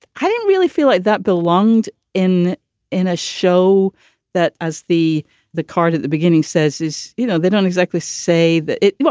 i didn't really feel like that belonged in in a show that as the the card at the beginning says is, you know, they don't exactly say that. well,